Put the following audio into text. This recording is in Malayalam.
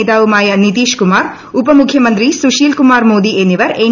നേതാവുമായ നിതീഷ് കുമാർ ഉപമുഖ്യമന്ത്രി സ്റ്റുശ്രീൽ കുമാർ മോദി എന്നിവർ എൻ